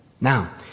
Now